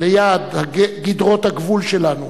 ליד גדרות הגבול שלנו